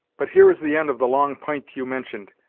but here is the end of the long p'int you mentioned,